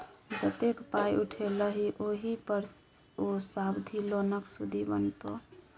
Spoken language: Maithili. जतेक पाय उठेलही ओहि पर ओ सावधि लोनक सुदि बनितौ